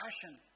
passion